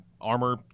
armor